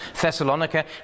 Thessalonica